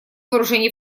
вооружений